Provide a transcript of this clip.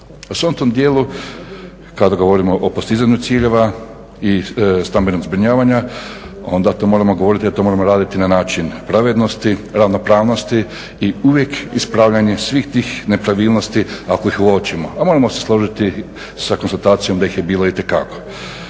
tom dijelu kada govorimo o postizanju ciljeva i stambenog zbrinjavanja, onda to moramo govoriti, to moramo raditi na način pravednosti, ravnopravnosti i uvijek ispravljanje svih tih nepravilnosti ako ih uočimo, a možemo se složiti sa konstatacijom da ih je bilo itekako.